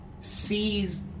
sees